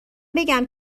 بگم